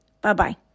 Bye-bye